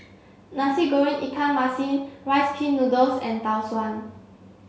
Nasi Goreng Ikan Masin rice pin noodles and Tau Suan